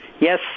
Yes